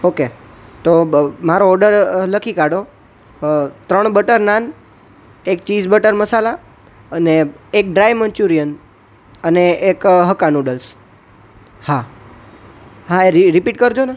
okay તો બ મારો ઓડર લખી કાઢો ત્રણ બટર નાન એક ચીઝ બટર મસાલા અને એક ડ્રાય મન્ચુરિયન અને એક હક્કા નુડલ્સ હા હા એ રિ રિપીટ કરજોને